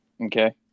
Okay